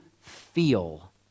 feel